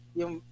yung